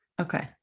Okay